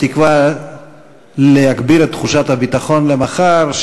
בתקווה להגביר את תחושת הביטחון למחר,